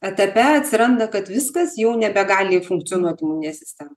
etape atsiranda kad viskas jau nebegali funkcionuot imuninė sistema